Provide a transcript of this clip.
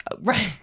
right